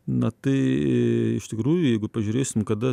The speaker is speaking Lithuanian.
na tai iš tikrųjų jeigu pažiūrėsim kada